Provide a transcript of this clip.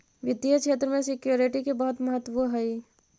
वित्तीय क्षेत्र में सिक्योरिटी के बहुत महत्व हई